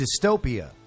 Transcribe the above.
dystopia